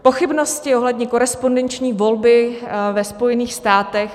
Pochybnosti ohledně korespondenční volby ve Spojených státech.